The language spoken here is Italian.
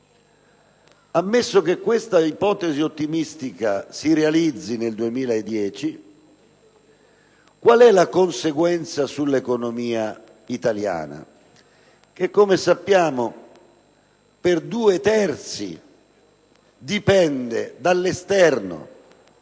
ammesso che questa ipotesi ottimistica si realizzi nel 2010, qual è la conseguenza sull'economia italiana che, come sappiamo, per due terzi dipende dall'esterno,